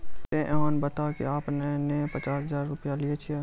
ते अहाँ बता की आपने ने पचास हजार रु लिए छिए?